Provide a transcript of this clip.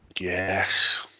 Yes